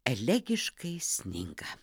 elegiškai sninga